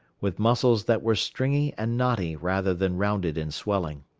with muscles that were stringy and knotty rather than rounded and swelling.